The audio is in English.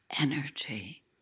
energy